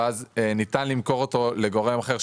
ואז ניתן למכור אותו לגורם אחר,